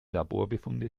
laborbefunde